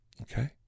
Okay